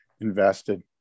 invested